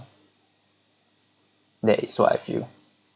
that is what I feel